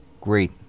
Great